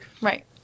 Right